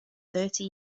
thirty